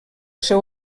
seu